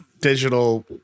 digital